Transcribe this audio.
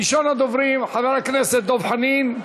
ראשון הדוברים, חבר הכנסת דב חנין,